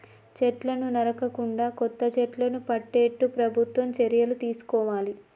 చెట్లను నరకకుండా కొత్త చెట్లను పెట్టేట్టు ప్రభుత్వం చర్యలు తీసుకోవాలి